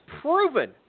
proven